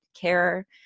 care